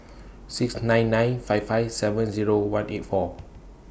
six nine nine five five seven Zero one eight four